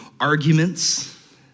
arguments